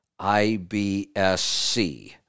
IBSC